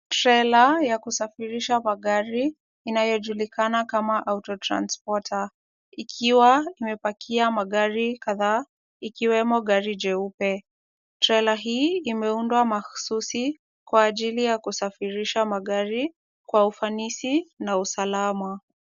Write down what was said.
Trela ya kusafirisha magari, inayojulikana kama auto transpoter , ikiwa imepakia magari kadhaa, ikiwemo gari jeupe. Trela hii imeundwa mahususi kwa ajili ya kusafirisha magari kwa ufanisi na usalama.